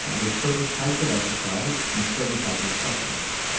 ah there're certain types of exercise and certain types of supplements.